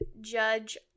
judge